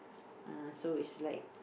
uh so is like